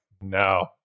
no